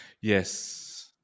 Yes